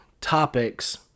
topics